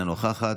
אינה נוכחת,